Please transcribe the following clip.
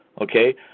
Okay